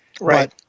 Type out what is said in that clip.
Right